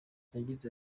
yagize